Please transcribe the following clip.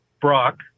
Brock